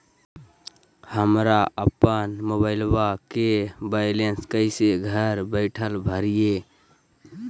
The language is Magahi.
हमरा अपन मोबाइलबा के बैलेंस कैसे घर बैठल भरिए?